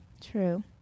True